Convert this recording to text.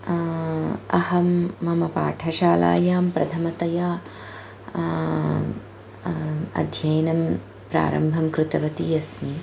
अहं मम पाठशालायां प्रथमतया अध्ययनं प्रारम्भं कृतवती अस्मि